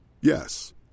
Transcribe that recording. Yes